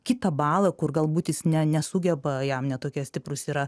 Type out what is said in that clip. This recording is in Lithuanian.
kitą balą kur galbūt jis ne nesugeba jam ne tokie stiprūs yra